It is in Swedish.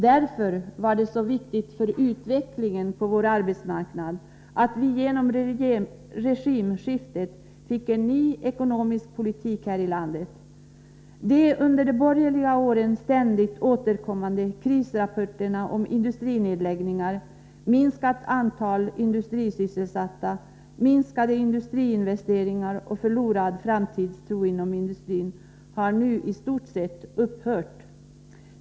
Därför var det så viktigt för utvecklingen på arbetsmarknaden att vi genom regimskiftet fick en ny ekonomisk politik här i landet. De under de borgerliga åren ständigt återkommande krisrapporterna om industrinedläggningar, minskat antal industrisysselsatta, minskade industriinvesteringar och förlorad framtidstro inom industrin har nu i stort sett upphört.